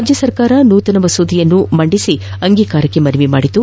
ರಾಜ್ಯ ಸರ್ಕಾರ ನೂತನ ಮಸೂದೆಯನ್ನು ಮಂಡನೆ ಮಾಡಿ ಅಂಗೀಕಾರಕ್ಕೆ ಮನವಿ ಮಾಡಿತು